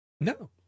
No